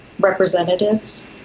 representatives